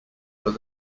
were